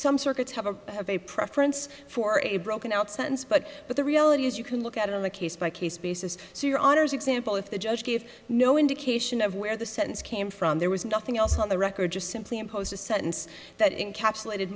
some circuits have a bit of a preference for a broken out sentence but but the reality is you can look at it on a case by case basis so your honour's example if the judge gave no indication of where the sentence came from there was nothing else on the record just simply impose a sentence that encapsulated